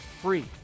free